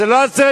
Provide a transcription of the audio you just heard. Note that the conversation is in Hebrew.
זה לא 10,000,